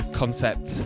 concept